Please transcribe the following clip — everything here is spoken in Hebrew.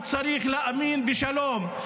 הוא צריך להאמין בשלום.